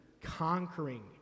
conquering